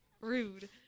Rude